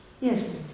Yes